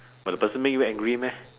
but the person make you angry meh